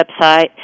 website